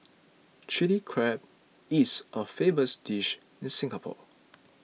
Chilli Crab is a famous dish in Singapore